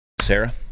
Sarah